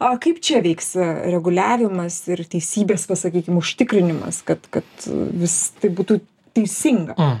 a kaip čia veiks reguliavimas ir teisybės pasakykim užtikrinimas kad kad vis tai būtų teisinga